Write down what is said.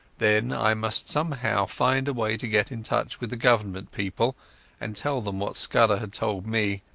then i must somehow find a way to get in touch with the government people and tell them what scudder had told me.